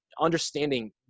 understanding